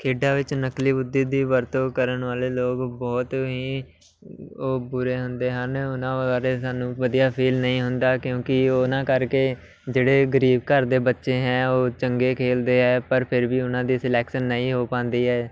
ਖੇਡਾਂ ਵਿੱਚ ਨਕਲੀ ਬੁੱਧੀ ਦੀ ਵਰਤੋਂ ਕਰਨ ਵਾਲੇ ਲੋਕ ਬਹੁਤ ਹੀ ਉਹ ਬੁਰੇ ਹੁੰਦੇ ਹਨ ਉਹਨਾਂ ਬਾਰੇ ਸਾਨੂੰ ਵਧੀਆ ਫੀਲ ਨਹੀਂ ਹੁੰਦਾ ਕਿਉਂਕਿ ਉਹਨਾਂ ਕਰਕੇ ਜਿਹੜੇ ਗਰੀਬ ਘਰ ਦੇ ਬੱਚੇ ਹੈ ਉਹ ਚੰਗੇ ਖੇਲਦੇ ਹੈ ਪਰ ਫਿਰ ਵੀ ਉਹਨਾਂ ਦੀ ਸਿਲੈਕਸ਼ਨ ਨਹੀਂ ਹੋ ਪਾਉਂਦੀ ਹੈ